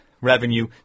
revenue